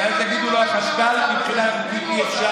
ואז יגיד לו החשכ"ל: אי-אפשר.